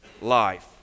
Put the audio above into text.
life